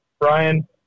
Brian